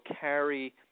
carry